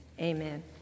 amen